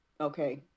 Okay